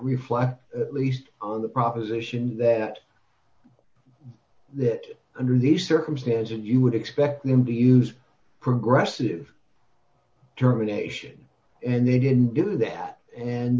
reflect least on the proposition that that under these circumstances you would expect them to use progressive terminations and they didn't do that and